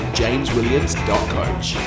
jameswilliams.coach